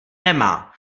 nemá